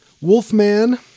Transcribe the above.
Wolfman